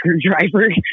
screwdriver